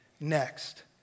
next